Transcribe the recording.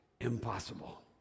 impossible